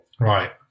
right